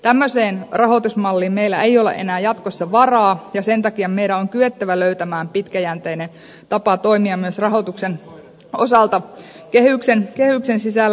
tämmöiseen rahoitusmalliin meillä ei ole enää jatkossa varaa ja sen takia meidän on kyettävä löytämään pitkäjänteinen tapa toimia myös rahoituksen osalta kehyksen sisällä